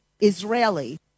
Israeli